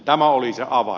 tämä oli se avain